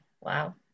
Wow